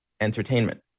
entertainment